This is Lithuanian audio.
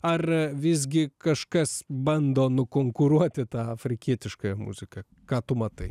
ar visgi kažkas bando nukonkuruoti tą afrikietiškąją muziką ką tu matai